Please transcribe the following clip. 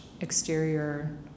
exterior